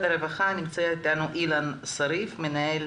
נמצא איתנו אילן שריף, מנהל